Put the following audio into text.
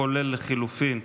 כולל לחלופין,